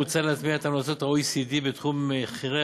מוצע להטמיע את המלצות ה-OECD בתחום מחירי